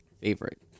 favorite